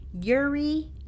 Yuri